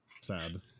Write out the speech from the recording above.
sad